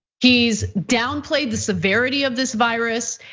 he's downplayed the severity of this virus,